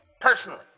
personally